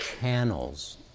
channels